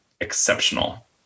exceptional